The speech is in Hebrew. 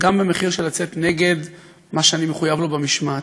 גם במחיר של לצאת נגד מה שאני מחויב לו במשמעת.